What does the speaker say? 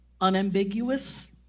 unambiguous